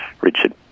Richard